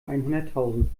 einhunderttausend